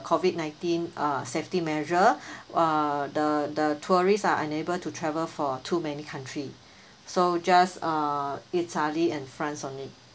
COVID nineteen uh safety measure uh the the tourists are unable to travel for too many country so just uh italy and france only